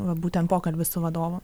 būtent pokalbis su vadovu